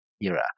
era